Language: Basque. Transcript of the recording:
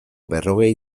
berrogei